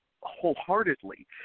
wholeheartedly